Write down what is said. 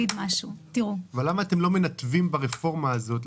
למה אתם לא מנתבים ברפורמה הזאת,